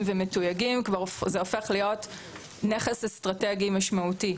ומתויגים הופכת להיות נכס אסטרטגי משמעותי,